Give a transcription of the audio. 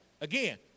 Again